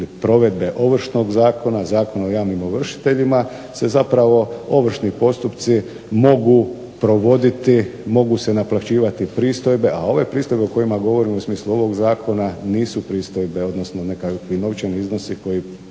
provedbe Ovršnog zakona ili zakona o javnim ovršiteljima se zapravo se ovršni postupci mogu provoditi, mogu se naplaćivati pristojbe, a ove pristojbe o kojima govorimo u smislu ovog zakona nisu pristojbe odnosno nekakvi novčani iznosi koji